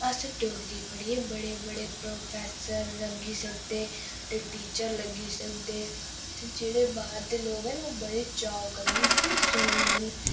अस डोगरी पढ़ियै अस प्रोफेसर लग्गी सकदे टीचर लग्गी सकदे जेहड़े बाह्र दे लोक ना ओह् बड़े चाऽ कन्नै इसी सुनदे न